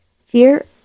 Fear